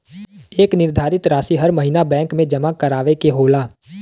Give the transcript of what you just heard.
एक निर्धारित रासी हर महीना बैंक मे जमा करावे के होला